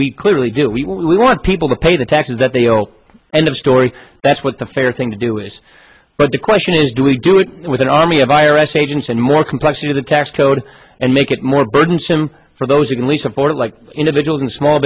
we clearly do we want people to pay the taxes that they will end of story that's what the fair thing to do is but the question is do we do it with an army of i r s agents and more complexity the tax code and make it more burdensome for those who can least afford it like individuals and small